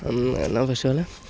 என்ன பெஸ்டிவலு